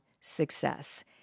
success